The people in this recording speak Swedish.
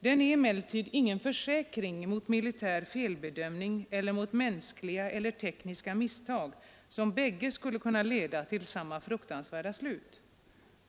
Den är emellertid ingen försäkring mot militär felbedömning eller mot mänskliga eller tekniska misstag som bägge skulle kunna leda till samma fruktansvärda slut.